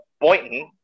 Boynton